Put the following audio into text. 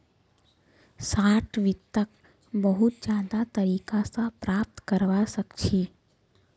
short वित्तक बहुत ज्यादा तरीका स प्राप्त करवा सख छी